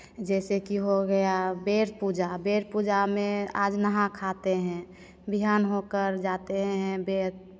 जैसे की हो गया बेढ़ पूजा बेढ़ पूजा में आज नहा खाते हैं बिहान होकर जाते हैं बेढ़